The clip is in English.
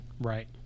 right